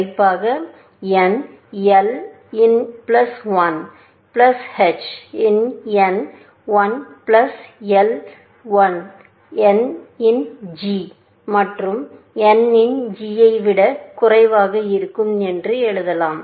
குறிப்பாக n l இன் plus one plus h இன் n l plus one n இன் g மற்றும் n இன் g ஐ விட குறைவாக இருக்கும் என்று எழுதலாம்